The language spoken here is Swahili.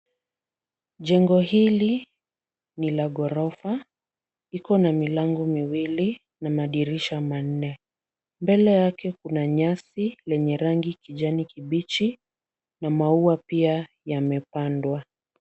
Jengo hili ni la ghorofa. Liko na milango miwili na madirisha manne. Mbele yake kuna nyasi lenye rangi kijani kibichi na maua pia yamepandwa.